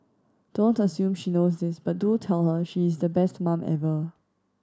don't assume she knows this but do tell her she is the best mum ever